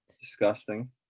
disgusting